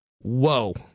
Whoa